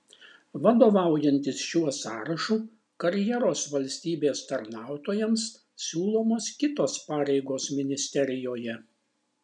vadovaujantis šiuo sąrašu karjeros valstybės tarnautojams siūlomos kitos pareigos ministerijoje